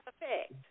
effect